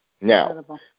Now